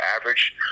average